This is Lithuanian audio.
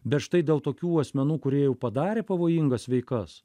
bet štai dėl tokių asmenų kurie jau padarė pavojingas veikas